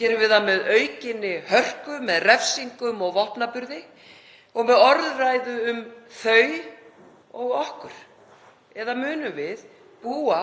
Gerum við það með aukinni hörku, með refsingum og vopnaburði og með orðræðu um „þau“ og „okkur“? Eða munum við búa